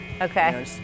Okay